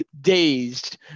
dazed